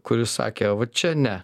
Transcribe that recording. kuris sakė va čia ne